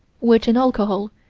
which, in alcohol,